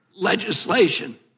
legislation